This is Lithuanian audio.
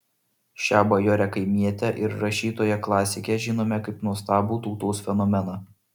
šią bajorę kaimietę ir rašytoją klasikę žinome kaip nuostabų tautos fenomeną